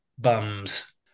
bums